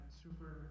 super